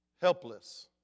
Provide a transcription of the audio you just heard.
helpless